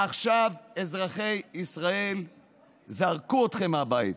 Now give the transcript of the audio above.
עכשיו אזרחי ישראל זרקו אתכם מהבית.